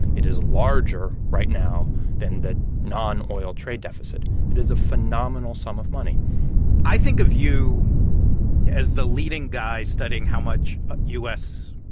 it is a larger right now than the non-oil trade deficit. it is a phenomenal sum of money i think of you as the leading guy studying how much u s.